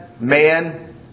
man